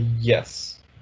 yes